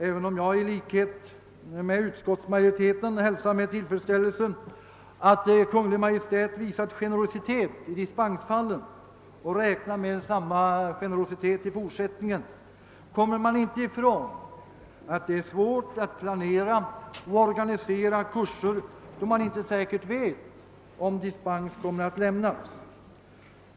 Även om jag i likhet med utskottsmajoriteten hälsar med tillfredsställelse att Kungl. Maj:t visat generositet i dispensfallen och räknar med samma generositet i fortsättningen kommer man inte ifrån att det är svårt att planera och organisera kurser, då man inte säkert vet om dispens kommer att lämnas.